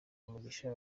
umugisha